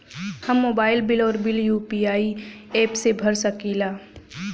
हम mobile bill और bill UPI app से भर सकिला